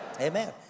Amen